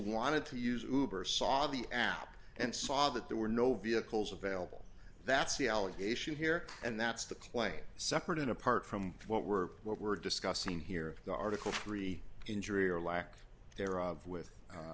wanted to use hoover saw the app and saw that there were no vehicles available that's the allegation here and that's the claim separate and apart from what we're what we're discussing here the article three injury or lack thereof with